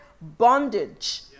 bondage